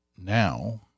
now